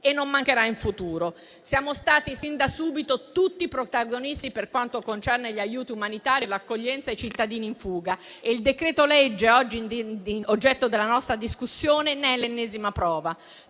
e non mancherà in futuro. Siamo stati sin da subito tutti protagonisti per quanto concerne gli aiuti umanitari e l'accoglienza ai cittadini in fuga e il decreto-legge oggi oggetto della nostra discussione ne è l'ennesima prova.